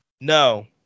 No